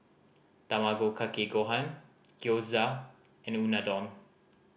Tamago Kake Gohan Gyoza and Unadon